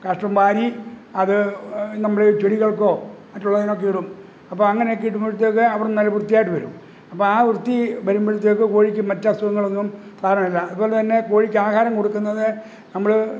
കാഷ്ഠം വാരി അത് നമ്മൾ ചെടികള്ക്കോ മറ്റുള്ളതിനൊക്കെ ഇടും അപ്പോൾ അങ്ങനെയൊക്കെ ഇടുമ്പോഴത്തേക്ക് അവിടെ നല്ല വൃത്തിയായിട്ട് വരും അപ്പോൾ ആ വൃത്തി വരുമ്പോഴത്തേക്ക് കോഴിക്ക് മറ്റ് അസുഖങ്ങളൊന്നും പകരുന്നില്ല അതുപോലെ തന്നെ കോഴിക്ക് ആഹാരം കൊടുക്കുന്നത് നമ്മൾ